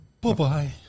Bye-bye